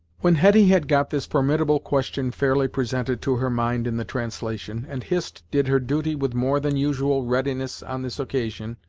when hetty had got this formidable question fairly presented to her mind in the translation, and hist did her duty with more than usual readiness on this occasion,